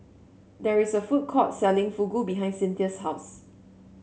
there is a food court selling Fugu behind Cynthia's house